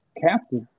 captive